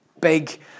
big